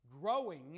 growing